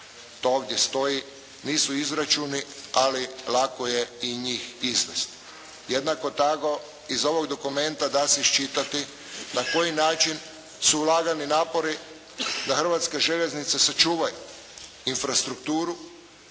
To ovdje stoji. Nisu izračuni ali lako je i njih izvest. Jednako tako iz ovog dokumenta da se iščitati na koji način su ulagani napori da hrvatske željeznice sačuvaju infrastrukturu